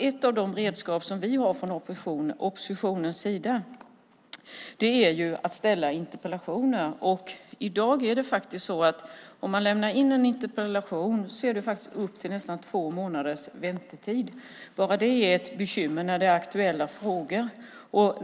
Ett av de redskap som vi har från oppositionens sida är att ställa interpellationer, och om man lämnar en interpellation är det i dag upp till nästan två månaders väntetid. Bara det är ett bekymmer när det är aktuella frågor.